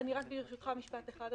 ברשותך משפט אחד,